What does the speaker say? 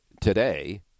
today